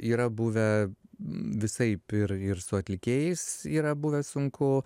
yra buvę visaip ir ir su atlikėjais yra buvę sunku